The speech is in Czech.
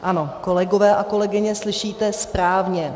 Ano, kolegové a kolegyně, slyšíte správně.